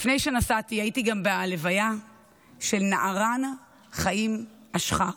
לפני שנסעתי, הייתי גם בהלוויה של נערן חיים אשחר,